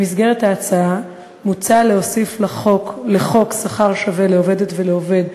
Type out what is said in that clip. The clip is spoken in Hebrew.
במסגרת ההצעה מוצע להוסיף לחוק שכר שווה לעובדת ולעובד,